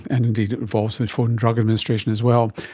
and indeed it involves the food and drug administration as well.